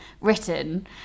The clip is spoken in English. written